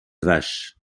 vaches